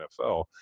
NFL